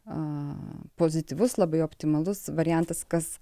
a pozityvus labai optimalus variantas kas